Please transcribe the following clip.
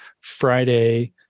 Friday